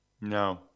No